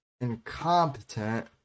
incompetent